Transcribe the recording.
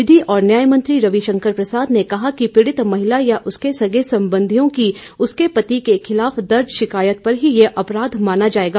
विधि और न्याय मंत्री रविशंकर प्रसाद ने कहा पीड़ित महिला या उसके सगे संबंधियों की उसके पति के खिलाफ दर्ज शिकायत पर ही यह अपराध माना जाएगा